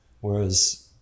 whereas